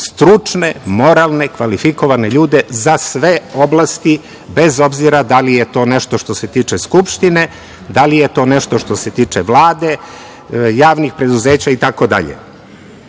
stručne, moralne, kvalifikovane ljude za sve oblasti, bez obzira da li je to nešto što se tiče Skupštine, da li je to nešto što se tiče Vlade, javnih preduzeća,